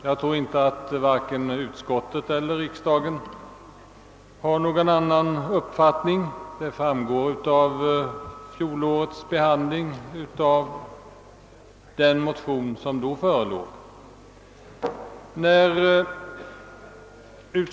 Jag tror inte att vare sig utskottet eller riksdagen har någon annan uppfattning. Det framgår av fjolårets behandling av den motion som då förelåg.